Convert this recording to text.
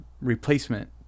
replacement